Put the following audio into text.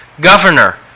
governor